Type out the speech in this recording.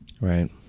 Right